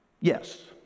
Yes